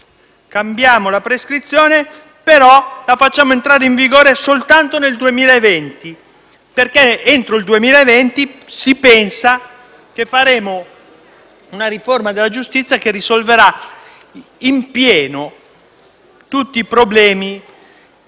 cambiate la prescrizione, però la fate entrare in vigore soltanto nel 2020, perché entro tale anno si pensa che faremo una riforma della giustizia che risolverà in pieno tutti i problemi